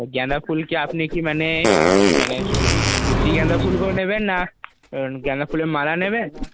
গেঁদাফুল কি আপনি কি মানে মানে কুচি গেঁদাফুলগুলো নেবেন না গেঁদাফুলের মালা নেবেন